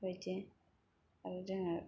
बे बायदियाव जोङो